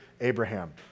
Abraham